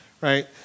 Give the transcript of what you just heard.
right